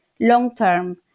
long-term